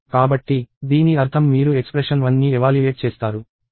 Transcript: కాబట్టి దీని అర్థం మీరు ఎక్స్ప్రెషన్ 1ని ఎవాల్యుయేట్ చేస్తారు